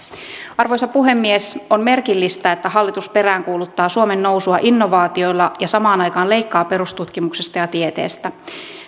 arvoisa puhemies on merkillistä että hallitus peräänkuuluttaa suomen nousua innovaatioilla ja samaan aikaan leikkaa perustutkimuksesta ja tieteestä